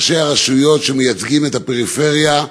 ראשי הרשויות שמייצגים את הפריפריה,